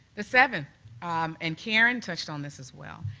the seventh and karen touched on this, as well.